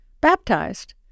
baptized